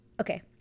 okay